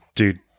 Dude